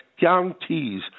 guarantees